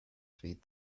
feed